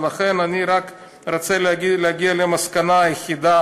ולכן אני רק רוצה להגיע למסקנה היחידה